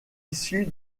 issu